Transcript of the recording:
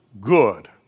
good